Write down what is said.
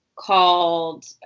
Called